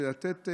ולתת,